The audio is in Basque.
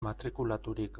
matrikulaturik